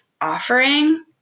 offering